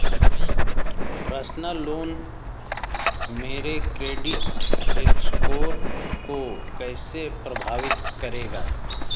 Personal loan मेरे credit score को कैसे प्रभावित करेगा?